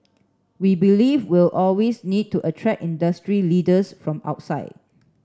we believe we'll always need to attract industry leaders from outside